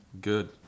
Good